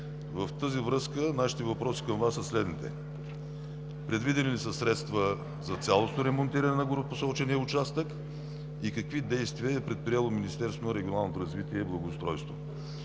В тази връзка нашите въпроси към Вас са следните: предвидени ли са средства за цялото ремонтиране на горепосочения участък и какви действия е предприело Министерството на регионалното развитие и благоустройството?